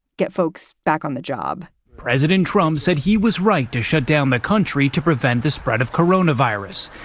get folks back on the job president trump said he was right to shut down the country to prevent the spread of corona virus,